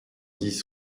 dix